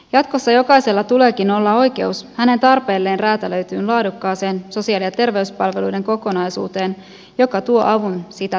jatkossa jokaisella tuleekin olla oikeus hänen tarpeilleen räätälöityyn laadukkaaseen sosiaali ja terveyspalveluiden kokonaisuuteen joka tuo avun sitä tarvitseville